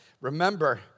remember